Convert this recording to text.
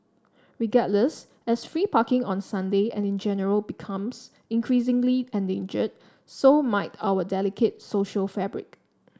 regardless as free parking on Sunday and in general becomes increasingly endangered so might our delicate social fabric